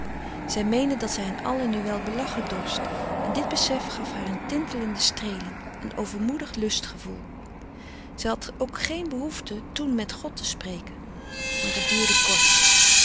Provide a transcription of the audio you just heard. zij meende dat zij hen allen nu wel belachen dorst en dit besef gaf haar een tintelende frederik van eeden van de koele meren des doods streeling een overmoedig lustgevoel zij had ook geen behoefte toen met god te spreken maar het duurde